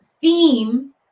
theme